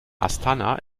astana